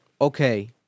okay